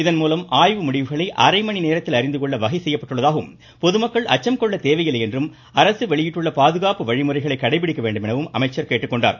இதன்மூலம் ஆய்வு முடிவுகளை அரை மணிநேரத்தில் அறிந்துகொள்ள வகை செய்யப்பட்டுள்ளதாகவும் பொதுமக்கள் அச்சம் கொள்ள தேவையில்லை என்றும் அரசு வெளியிட்டுள்ள பாதுகாப்பு வழிமுறைகளை கடைபிடிக்க வேண்டும் எனவும் அமைச்சர் கேட்டுக்கொண்டார்